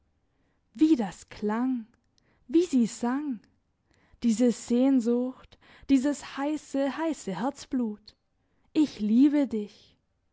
wie das klang wie sie sang diese sehnsucht dieses heisse heisse herzblut ich liebe dich